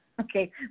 Okay